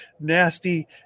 nasty